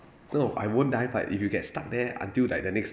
no I won't die but if you get stuck there until like the next